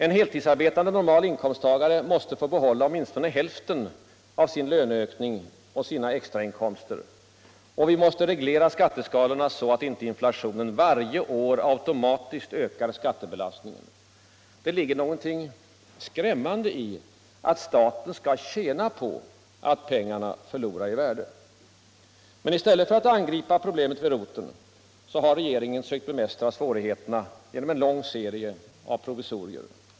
En heltidsarbetande normal inkomsttagare måste få behålla åtminstone hälften av sin löneökning och sina extrainkomster. Och vi måste reglera skatteskalorna så att inte inflationen varje år automatiskt ökar skattebelastningen. Det ligger något skrämmande i att staten skall tjäna på att pengarna förlorar i värde. I stället för att angripa problemet vid roten har regeringen sökt bemästra svårigheterna genom en lång serie av provisorier.